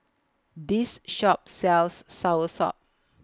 This Shop sells Soursop